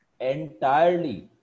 entirely